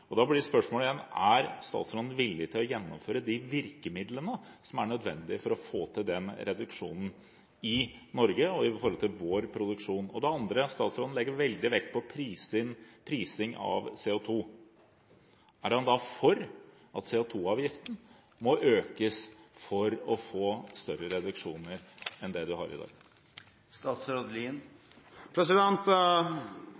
Da blir spørsmålet igjen: Er statsråden villig til å ta i bruk de virkemidlene som er nødvendige for å få til denne reduksjonen i Norge og i vår produksjon? Statsråden legger stor vekt på prising av CO2. Er han da for at CO2-avgiften må økes for å få større reduksjoner enn det vi har i